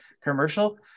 commercial